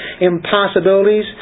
impossibilities